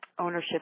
ownership